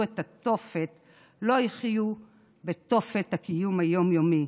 את התופת לא יחיו בתופת הקיום היום-יומי,